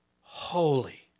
holy